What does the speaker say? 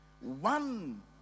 One